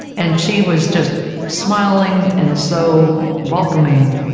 and she was just smiling and so welcoming,